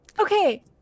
Okay